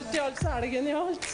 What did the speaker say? אני חושבת